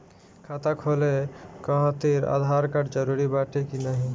खाता खोले काहतिर आधार कार्ड जरूरी बाटे कि नाहीं?